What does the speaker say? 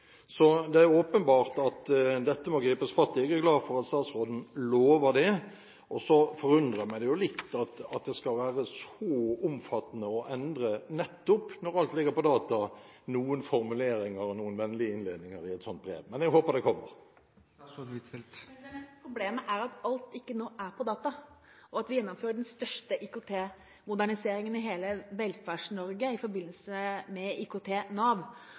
Det er åpenbart at dette må gripes fatt i, og jeg er glad for at statsråden lover det. Så forundrer det meg jo litt at det skal være så omfattende, nettopp når alt ligger på data, å endre noen formuleringer og noen vennlige innledninger i et sånt brev. Men jeg håper det kommer. Problemet er jo at ikke alt er på data nå. Vi gjennomfører den største IKT-moderniseringen i hele Velferds-Norge i forbindelse med